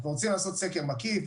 אנחנו רוצים לעשות סקר מקיף,